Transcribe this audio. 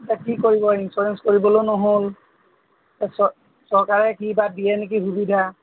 এতিয়া কি কৰিব ইঞ্চুৰেঞ্চ কৰিবলৈও নহ'ল চৰকাৰে কি বা দিয়ে নেকি সুবিধা